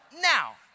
Now